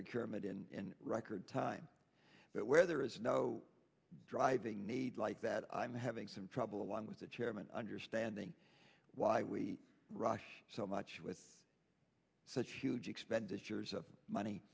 in record time but where there is no driving need like that i'm having some trouble along with the chairman understanding why we rush so much with such huge expenditures of money